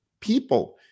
people